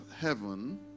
heaven